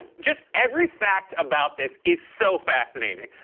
just every fact about this is so fascinating,